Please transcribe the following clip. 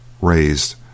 raised